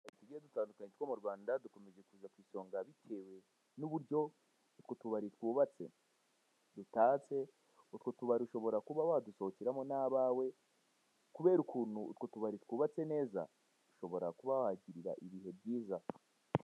Utubari tugiye dutandukanye two mu Rwanda dukomeje kuza ku isonga bitewe n'uburyo utwo tubari twubatse, dutatse, utwo tubari ushobora kuba wadusohokeramo n'abawe kubera ukuntu utwo tubari twubatse neza. Ushobora kuba wahagirira ibihe byiza.